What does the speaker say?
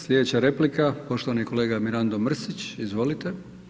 Slijedeća replika poštovani kolega Mirando Mrsić, izvolite.